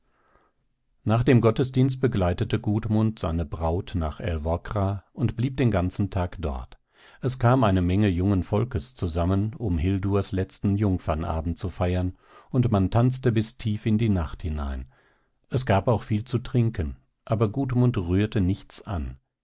nach dem gottesdienst begleitete gudmund seine braut nach älvkra und blieb den ganzen tag dort es kam eine menge jungen volkes zusammen um hildurs letzten jungfernabend zu feiern und man tanzte bis tief in die nacht hinein es gab auch viel zu trinken aber gudmund rührte nichts an